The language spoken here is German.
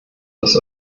dass